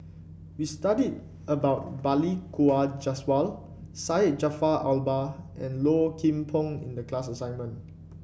we studied about Balli Kaur Jaswal Syed Jaafar Albar and Low Kim Pong in the class assignment